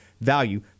value